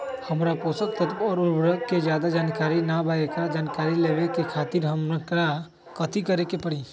हमरा पोषक तत्व और उर्वरक के ज्यादा जानकारी ना बा एकरा जानकारी लेवे के खातिर हमरा कथी करे के पड़ी?